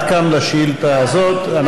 עד כאן בשאילתה הזאת.